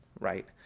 right